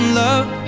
love